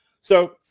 So-